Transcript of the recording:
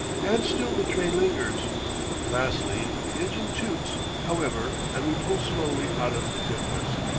and still the train lingers lastly, the engine toots, however, and we pull slowly out of tiflis.